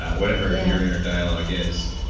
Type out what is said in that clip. whatever your inner dialogue is.